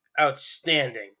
outstanding